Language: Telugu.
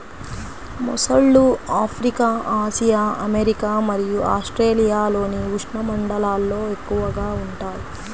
మొసళ్ళు ఆఫ్రికా, ఆసియా, అమెరికా మరియు ఆస్ట్రేలియాలోని ఉష్ణమండలాల్లో ఎక్కువగా ఉంటాయి